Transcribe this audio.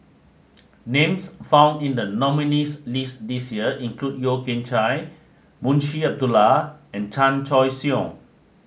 names found in the nominees' list this year include Yeo Kian Chai Munshi Abdullah and Chan Choy Siong